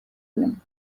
film